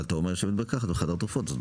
אתה אומר שבית מרקחת וחדר תרופות זה אותו